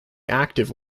active